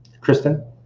Kristen